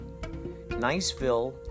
Niceville